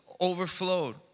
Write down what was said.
overflowed